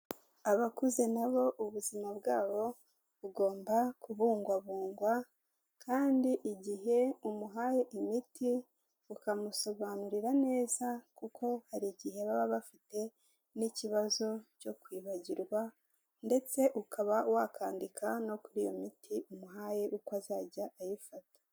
Abakuze nabo ubuzima bwabo bugomba kubungwabungwa kandi igihe umuhaye imiti ukamusobanurira neza, kuko hari igihe baba bafite n'ikibazo cyo kwibagirwa ndetse ukaba wakandika no kuri iyo miti umuhaye uko azajya ayifata.